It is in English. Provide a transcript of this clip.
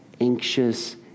anxious